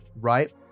right